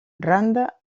randa